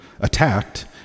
attacked